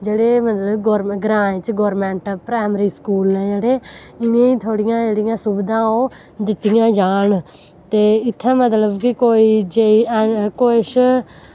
की जेह्ड़े मतलब ग्रां च गौरमेंट प्राईमरी स्कूल न जेह्ड़े उनेंगी थोह्ड़ियां जेह्ड़ियां सुविधां न ओह् दित्तियां जाह्न ते इत्थै जेह्ड़िया मतलब कि कुछ